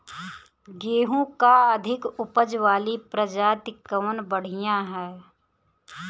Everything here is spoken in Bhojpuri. गेहूँ क अधिक ऊपज वाली प्रजाति कवन बढ़ियां ह?